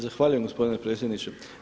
Zahvaljujem gospodine predsjedniče.